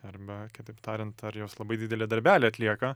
arba kitaip tariant ar jos labai didelį darbelį atlieka